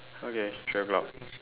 okay three o-clock